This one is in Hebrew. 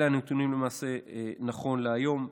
אלה הנתונים למעשה נכון להיום.